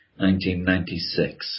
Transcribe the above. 1996